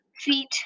feet